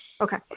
Okay